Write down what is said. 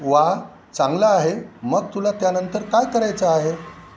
वा चांगलं आहे मग तुला त्यानंतर काय करायचं आहे